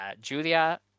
Julia